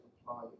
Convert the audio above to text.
apply